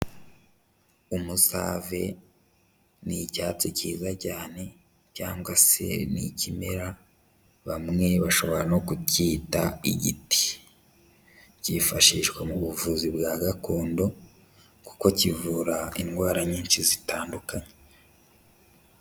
Umusave ni icyatsi cyiza cyane cyangwa se ni ikimera bamwe bashobora no kucyita igiti. Cyifashishwa mu buvuzi bwa gakondo, kuko kivura indwara nyinshi zitandukanye.